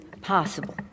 possible